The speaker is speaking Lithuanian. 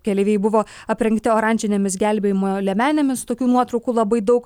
keleiviai buvo aprengti oranžinėmis gelbėjimo liemenėmis tokių nuotraukų labai daug